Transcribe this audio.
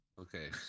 Okay